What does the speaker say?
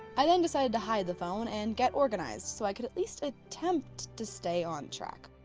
i then decided to hide the phone and get organized so i could at least attempt to stay on track.